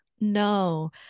No